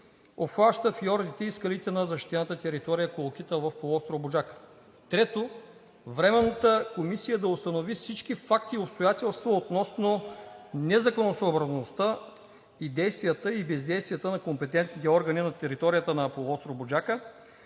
обхваща фиордите и скалите на защитената територия „Колокита“ в полуостров Буджака. 3. Временната комисия да установи всички факти и обстоятелства относно незаконосъобразността и действията, и бездействията на компетентните органи на територията на полуостров Буджака